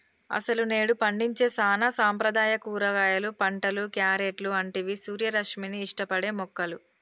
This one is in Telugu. అసలు నేడు పండించే సానా సాంప్రదాయ కూరగాయలు పంటలు, క్యారెట్లు అంటివి సూర్యరశ్మిని ఇష్టపడే మొక్కలు